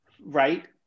right